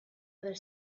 other